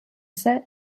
ise